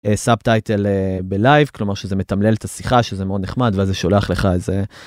סבטייטל בלייב כלומר שזה מתמלל את השיחה שזה מאוד נחמד וזה שולח לך איזה.